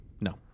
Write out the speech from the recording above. No